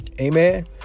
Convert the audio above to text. Amen